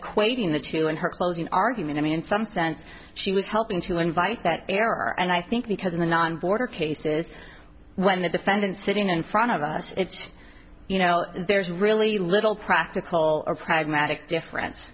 equating the two in her closing argument i mean in some sense she was helping to invite that error and i think because in the non border cases when the defendant sitting in front of us it's just you know there's really little practical or pragmatic difference